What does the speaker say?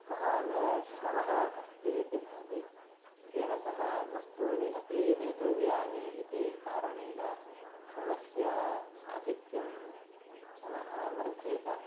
महान् श्रमः अस्ति इति भाति तेन सह वस्तूनि अपि नेतव्यानि इति कारणेन श्रमस्य आधिक्यं श्रमः वर्धेत